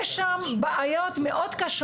יש שם בעיות קשות מאוד.